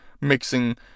mixing